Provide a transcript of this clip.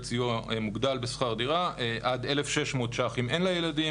סיוע מוגדל בשכר דירה עד 1,600 ₪ אם אין לה ילדים,